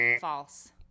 false